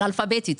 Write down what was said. אנאלפאביתית.